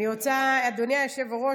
אדוני היושב-ראש,